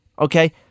Okay